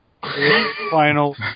Final